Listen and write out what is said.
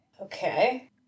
Okay